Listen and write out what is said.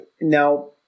now